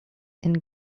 and